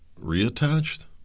reattached